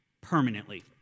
permanently